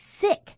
sick